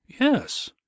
Yes